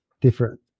different